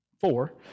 four